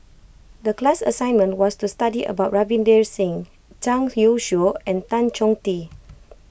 the class assignment was to study about Ravinder Singh Zhang Youshuo and Tan Chong Tee